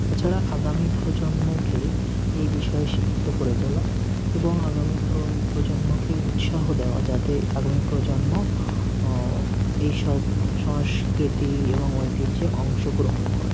তাছাড়া আগামী প্রজন্মকে এই বিষয়ে শিক্ষিত করে তোলা এবং আগামী প্রজন্মকে উৎসাহ দেওয়া যাতে আগামী প্রজন্ম এইসব সংস্কৃতি এবং ঐতিহ্যে অংশগ্রহণ করে